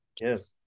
Yes